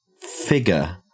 figure